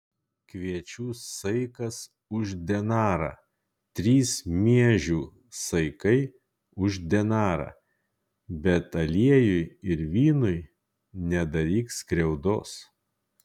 kviečių saikas už denarą trys miežių saikai už denarą bet aliejui ir vynui nedaryk skriaudos